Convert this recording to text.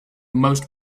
most